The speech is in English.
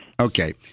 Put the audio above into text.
Okay